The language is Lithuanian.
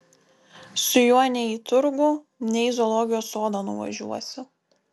su juo nei į turgų nei į zoologijos sodą nuvažiuosi